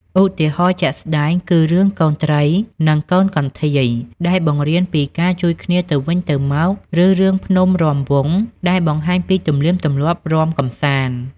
ឧទាហរណ៍ជាក់ស្ដែងគឺ រឿង កូនត្រី និងកូនកន្ធាយ ដែលបង្រៀនពីការជួយគ្នាទៅវិញទៅមក ឬរឿង ភ្នំរាំវង់ ដែលបង្ហាញពីទំនៀមទម្លាប់រាំកម្សាន្ត។